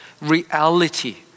reality